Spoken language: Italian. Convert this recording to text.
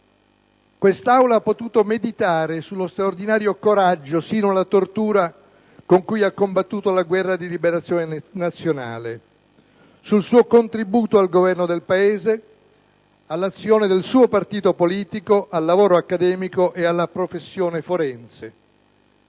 quest'Aula ha potuto meditare sullo straordinario coraggio, sino alla prova della tortura, con cui ha combattuto la guerra di liberazione nazionale, sul suo contributo al governo del Paese, all'azione del suo partito politico, al lavoro accademico e alla professione forense.